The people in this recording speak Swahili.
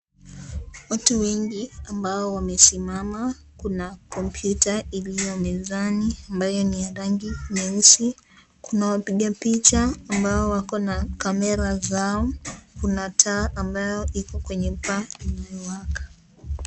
Watu wengi ambao wamesimama, kuna kompyuta iliyo mezani ambayo ni ya rangi nyeusi, kuna wapiga picha ambao wako na kamera zao, kuna taa ambayo iko kwenye paa inawaka.